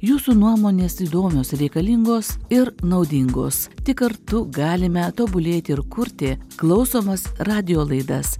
jūsų nuomonės įdomios reikalingos ir naudingos tik kartu galime tobulėti ir kurti klausomas radijo laidas